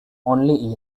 only